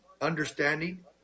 understanding